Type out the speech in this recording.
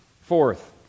Fourth